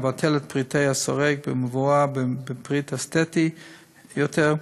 להחליף את פריטי הסורג במבואה בפריט אסתטי יותר,